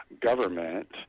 government